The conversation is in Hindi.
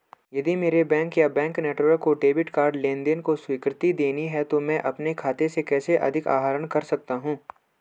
यदि मेरे बैंक या बैंक नेटवर्क को डेबिट कार्ड लेनदेन को स्वीकृति देनी है तो मैं अपने खाते से कैसे अधिक आहरण कर सकता हूँ?